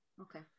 Okay